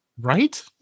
Right